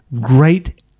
great